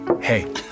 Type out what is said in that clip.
Hey